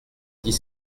dix